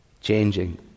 changing